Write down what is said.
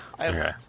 Okay